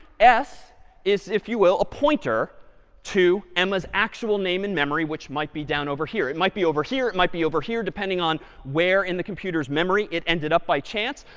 s is, if you will, a pointer to emma's actual name in memory, which might be down over here. it might be over here. it might be over here, depending on where in the computer's memory it ended up by chance.